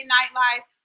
Nightlife